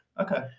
Okay